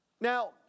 Now